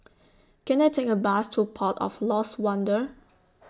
Can I Take A Bus to Port of Lost Wonder